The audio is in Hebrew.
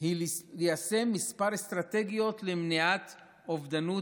היא ליישם כמה אסטרטגיות למניעת אובדנות